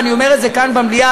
ואני אומר את זה כאן במליאה,